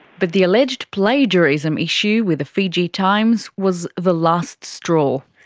but the alleged plagiarism issue with the fiji times was the last straw.